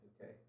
Okay